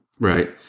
Right